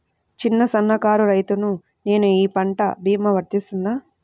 చిన్న సన్న కారు రైతును నేను ఈ పంట భీమా వర్తిస్తుంది?